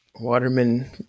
Waterman